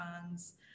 funds